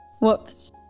Whoops